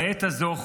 בעת הזאת,